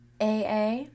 AA